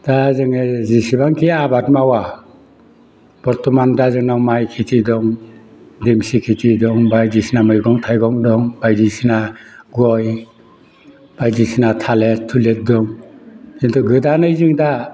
दा जोङो जेसेबांखि आबाद मावा बर्थ'मान दा जोंनाव माइ खेथि दं देमसि खेथि दं बायदिसिना मैगं थाइगं दं बायदिसिना गय बायदिसिना थालिर थुलेर दं खिन्थु गोदानै जों दा